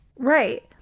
Right